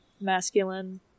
masculine